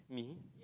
me